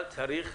אבל צריך,